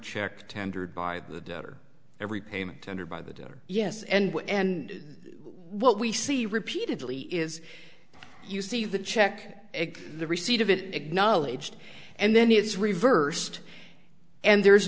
check tendered by the debtor every payment tendered by the debtor yes and what we see repeatedly is you see the check the receipt of it acknowledged and then it's reversed and there